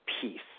peace